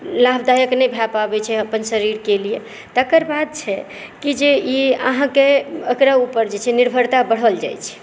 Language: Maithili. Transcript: लाभदायक नहि भए पाबै छै अपन शरीरके लिए तकरबाद छै कि जे ई आहाँके एकरा ऊपर जे छै निर्भरता बढ़ल जाय छै